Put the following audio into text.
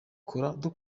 rwabo